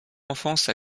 enfance